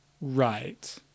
Right